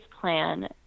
plan